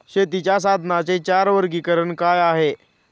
शेतीच्या साधनांचे चार वर्गीकरण काय आहे?